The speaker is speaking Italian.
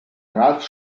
ralf